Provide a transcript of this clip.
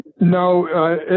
No